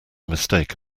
mistake